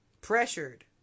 Pressured